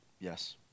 Yes